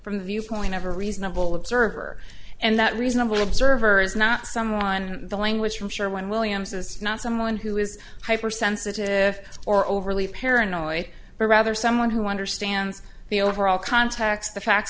from the viewpoint of a reasonable observer and that reasonable observer is not someone who the language from sure when williams is not someone who is hypersensitive or overly paranoid but rather someone who understands the overall context the facts